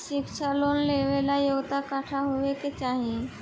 शिक्षा लोन लेवेला योग्यता कट्ठा होए के चाहीं?